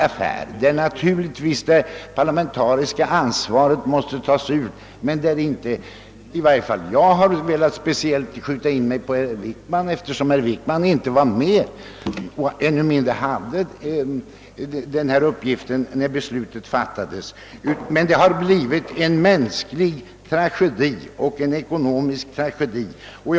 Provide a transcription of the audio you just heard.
Beträffande den politiska delen måste naturligtvis det parlamentariska ansvaret utkrävas, men därvidlag har i varje fall inte jag speciellt velat skjuta in mig på herr Wickman, eftersom han inte var med när beslutet fattades och ännu mindre hade sin nuvarande uppgift då.